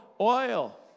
oil